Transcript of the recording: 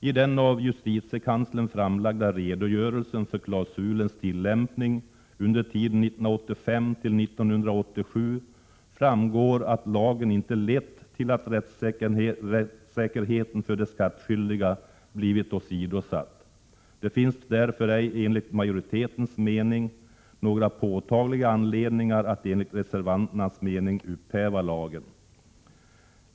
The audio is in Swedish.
I den av justitiekanslern framlagda redogörelsen för klausulens tillämpning under tiden 1985—1987 framgår att lagen inte har lett till att rättssäkerheten för de skattskyldiga blivit åsidosatt. Därför finns det enligt majoritetens mening inga påtagliga skäl att upphäva lagen, vilket reservanterna vill.